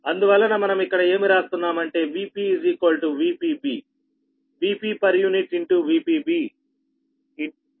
అందువలన మనము ఇక్కడ ఏమి రాస్తున్నాం అంటే Vp VpB Vp VpB